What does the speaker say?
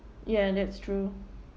ya that's true